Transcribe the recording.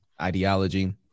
ideology